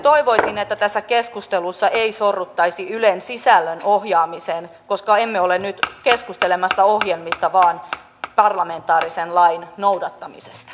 toivoisin että tässä keskustelussa ei sorruttaisi ylen sisällön ohjaamiseen koska emme ole nyt keskustelemassa ohjelmista vaan parlamentaarisen lain noudattamisesta